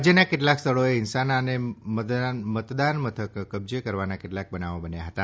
રાજ્યમાં કેટલાક સ્થળોએ હિંસાના અને મતદાન મથક કબજે કરવાના કેટલાક બનાવો બન્યા હતા